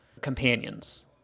companions